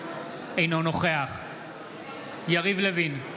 אינו נוכח יריב לוין,